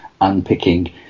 unpicking